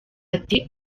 ati